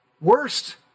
Worst